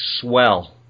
swell